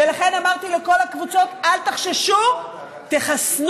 ולכן, אמרתי לכל הקבוצות: אל תחששו, תחסנו.